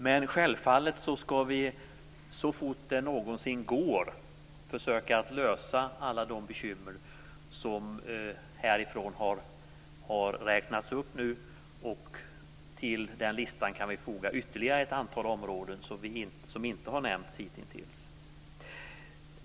Men självfallet skall vi så fort det någonsin går försöka att ta itu med alla de bekymmer som har räknats upp. Till den listan kan vi foga ytterligare ett antal områden som inte har nämnts hitintills.